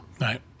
right